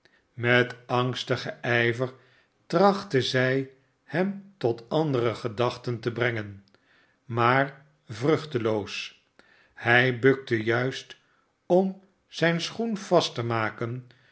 met angstigen ijver trachtte zij hem tot andere gedachten te brengen maar vruchteloos hij bukte juist om zijn schoen vast te maken